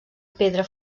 pedra